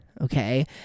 okay